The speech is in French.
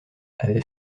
avait